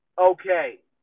Okay